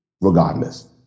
regardless